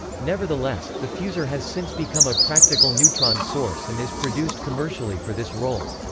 nevertheless, the fusor has since become a practical neutron source and is produced commercially for this role.